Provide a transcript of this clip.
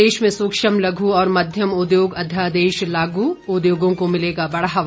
प्रदेश में सूक्ष्म लघु और मध्यम उद्योग अध्यादेश लागू उद्योगों को मिलेगा बढ़ावा